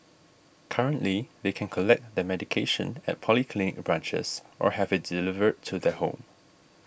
currently they can collect their medication at polyclinic branches or have it delivered to their home